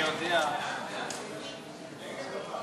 ההצעה להעביר את הצעת חוק חינוך ממלכתי (תיקון,